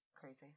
Crazy